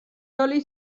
oli